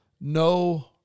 no